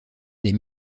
des